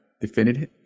Definitive